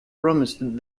promised